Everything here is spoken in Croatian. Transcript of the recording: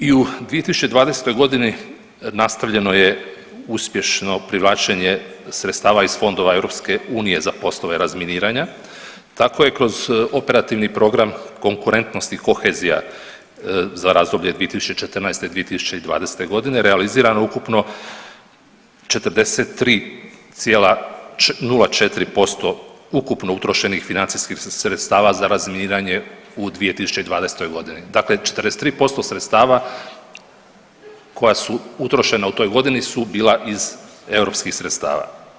I u 2020.g. nastavljeno je uspješno privlačenje sredstava iz fondova EU za poslove razminiranja, tako je kroz Operativni program Konkurentnost i kohezija za razdoblje 2014.-2020.g. realizirano ukupno 43,04% ukupno utrošenih financijskih sredstava za razminiranje u 2020.g., dakle 43% sredstava koja su utrošena u toj godini su bila iz eu sredstava.